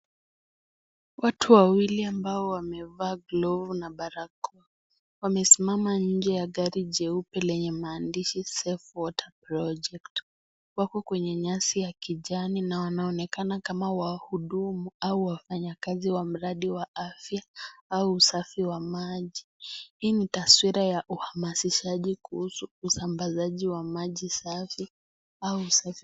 Watu wawili ambao wamevaa glovu na barakoa wamesimama nje ya gari jeupe lenye maandishi (CS)safe world project(CS),wako kwenye nyasi ya kijani na wanaonekana kama wahudumu au wafanyikazi wa mradi wa afya au usafi wa maji. Hii ni taswira ya uhamasishaji kuhusu usambazaji wa maji safi .